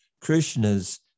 Krishna's